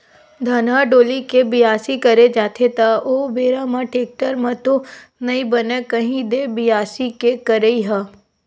धनहा डोली के बियासी करे जाथे त ओ बेरा म टेक्टर म तो नइ बनय कही दे बियासी के करई ह?